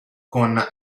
con